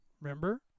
Remember